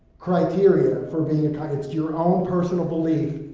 criteria for being your kind of your own personal belief,